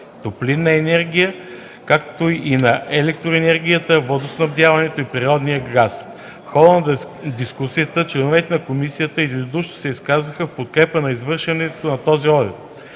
топлинната енергия, както и на електроенергията, водоснабдяването и на природния газ. В хода на дискусията членовете на комисията единодушно се изказаха в подкрепа на извършването на този одит.